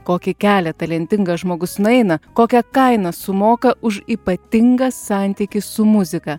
kokį kelią talentingas žmogus nueina kokią kainą sumoka už ypatingą santykį su muzika